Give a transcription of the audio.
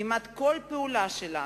כמעט כל פעולה שלנו,